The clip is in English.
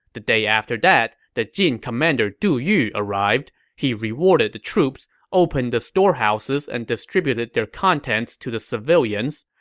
the day after that, the jin commander du yu arrived. he rewarded the troops, opened the storehouses and distributed their contents to the civilians.